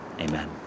Amen